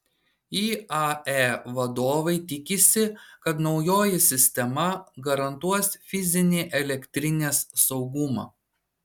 iae vadovai tikisi kad naujoji sistema garantuos fizinį elektrinės saugumą